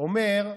אומר: